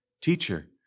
Teacher